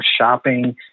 shopping